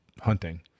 hunting